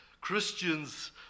Christians